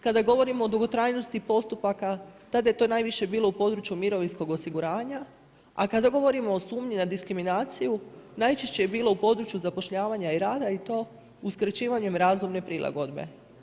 Kada govorimo o dugotrajnosti postupaka, tada je to najviše bilo u mirovinskog osiguranja, a kada govorimo o sumnji na diskriminaciju, najčešće je bilo u području zapošljavanja i rada i to uskraćivanjem razumne prilagodbe.